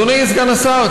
אדוני סגן השר,